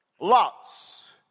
lots